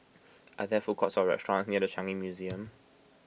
are there food courts or restaurants near the Changi Museum